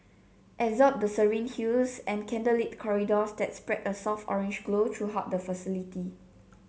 absorb the serene hues and candlelit corridors that spread a soft orange glow throughout the facility